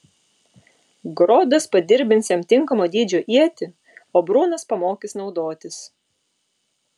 grodas padirbins jam tinkamo dydžio ietį o brunas pamokys naudotis